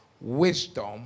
wisdom